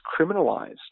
criminalized